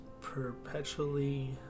perpetually